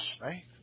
right